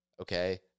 okay